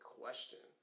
question